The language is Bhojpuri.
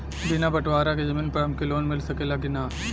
बिना बटवारा के जमीन पर हमके लोन मिल सकेला की ना?